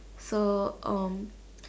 so um